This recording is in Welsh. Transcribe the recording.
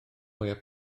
mwyaf